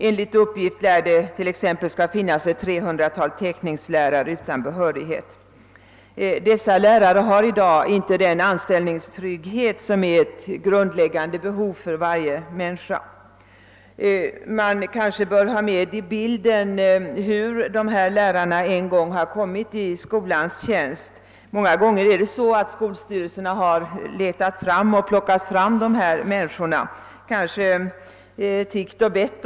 Enligt uppgift lär det t.ex. finnas ungefär 300 teckningslärare utan behörighet. Dessa lärare har i dag inte den anställningstrygghet som är ett grundläggande behov för varje människa. Man kanske bör ha med i bilden hur dessa lärare en gång kommit i skolans tjänst. I många fall har skolstyrelserna letat fram dessa människor, kanske tiggt och bett dem att de skall ta arbetena i fråga.